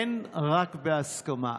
אין רק בהסכמה.